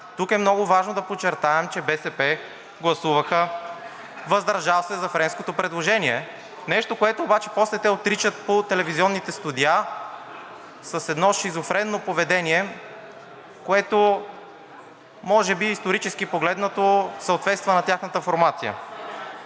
Тук е много важно да подчертаем, че БСП гласуваха въздържал се за френското предложение. Нещо, което обаче после те отричат по телевизионните студия, с едно шизофренно поведение, което може би исторически погледнато съответства на тяхната формация.